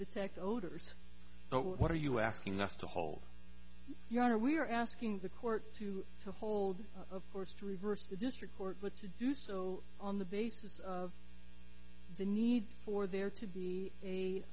effect odors what are you asking us to hold your honor we are asking the court to to hold of course to reverse the district court but to do so on the basis of the need for there to be a